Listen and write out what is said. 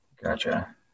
Gotcha